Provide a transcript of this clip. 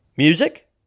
Music